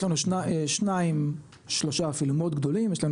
יש לנו שניים שלושה אפילו מאוד גדולים יש לנו